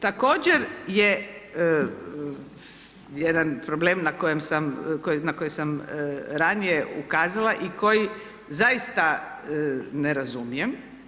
Također je jedan problem na koji sam ranije ukazala i koji zaista ne razumijem.